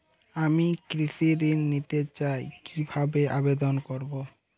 আমি কৃষি ঋণ নিতে চাই কি ভাবে আবেদন করব?